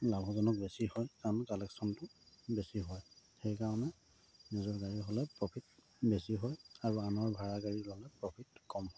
লাভজনক বেছি হয় কাৰণ কালেকশ্যনটো বেছি হয় সেইকাৰণে নিজৰ গাড়ী হ'লে প্ৰফিট বেছি হয় আৰু আনৰ ভাড়া গাড়ী ল'লে প্ৰফিট কম হয়